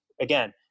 again